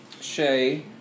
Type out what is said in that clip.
Shay